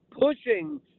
pushing